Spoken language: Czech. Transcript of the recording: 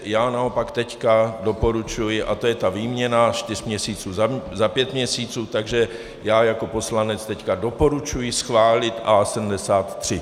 Já naopak teď doporučuji, a to je ta výměna čtyř měsíců za pět měsíců, takže já jako poslanec teď doporučuji schválit A73.